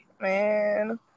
Man